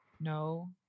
no